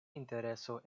intereso